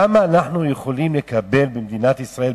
למה אנחנו יכולים לקבל במדינת ישראל,